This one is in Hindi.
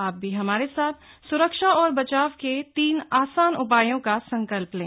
आप भी हमारे साथ सुरक्षा और बचाव के तीन आसान उपायों का संकल्प लें